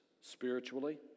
spiritually